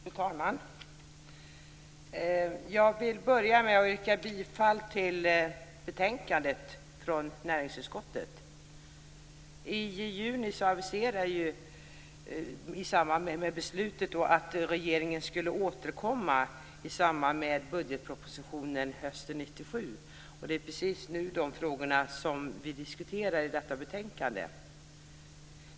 Fru talman! Jag vill börja med att yrka bifall till hemställan i betänkandet från näringsutskottet. I samband med beslutet i juni aviserades att regeringen skulle återkomma i samband med budgetpropositionen hösten 1997. Och det är just de frågorna som vi diskuterar i detta betänkande.